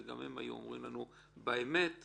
וגם הם היו אומרים לנו באמת "תודה",